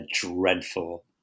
dreadful